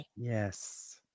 Yes